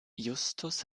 justus